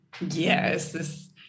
Yes